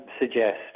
suggest